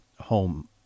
home